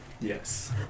Yes